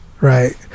right